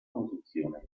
posizione